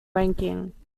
ranking